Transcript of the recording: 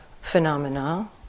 phenomena